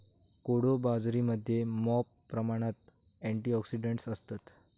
कोडो बाजरीमध्ये मॉप प्रमाणात अँटिऑक्सिडंट्स असतत